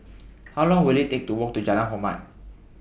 How Long Will IT Take to Walk to Jalan Hormat